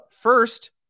first